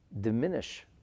diminish